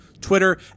Twitter